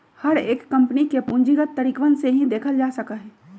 हर एक कम्पनी के पूंजीगत तरीकवन से ही देखल जा सका हई